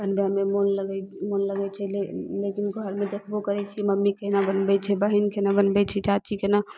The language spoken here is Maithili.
बनबयमे मोन लगय मोन लगय छै ले लेकिन घरमे देखबो करय छियै मम्मी केना बनबय छै बहीन केना बनबय छै चाची केना